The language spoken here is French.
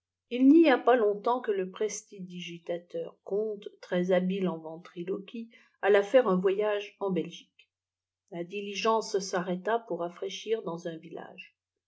il n'y a pas longtemps que le prestidigitateur comte très-habile en veûtriloquie alla faire un voyage en belgique la diligence s'arrêta pour rafraîchir dans un village